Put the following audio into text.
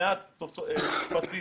מעט טפסים